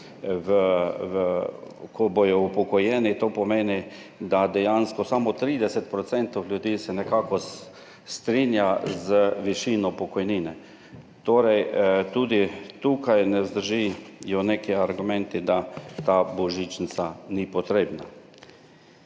ko bodo upokojeni, to pomeni, da se dejansko samo 30 % ljudi nekako strinja z višino pokojnine. Tudi tukaj ne vzdržijo neki argumenti, da ta božičnica ni potrebna.